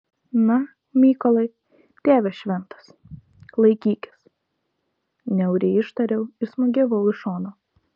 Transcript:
na mykolai tėve šventas laikykis niauriai ištariau ir smūgiavau iš šono